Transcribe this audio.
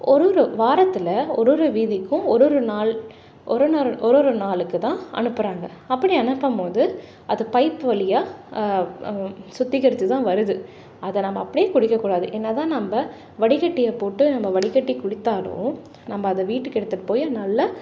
ஒரு ஒரு வாரத்தில் ஒரு ஒரு வீதிக்கும் ஒரு ஒரு நாள் ஒரு ஒரு நாளுக்கு தான் அனுப்புறாங்க அப்படி அனுப்பும்போது அது பைப் வழியாக சுத்திகரிச்சு தான் வருது அதை நம்ம அப்படியே குடிக்கக்கூடாது என்ன தான் நம்ம வடிக்கட்டியை போட்டு நம்ம வடிக்கட்டி குடித்தாலும் நம்ம அதை வீட்டுக்கு எடுத்துகிட்டு போய் நல்லா